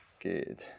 Good